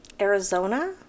Arizona